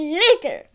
later